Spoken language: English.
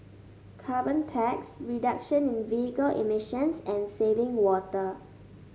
carbon tax reduction in vehicle emissions and saving water